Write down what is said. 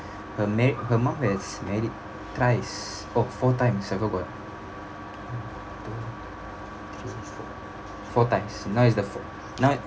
her marr~ her mum has married thrice oh four times I forgot two three four four times now it's the four~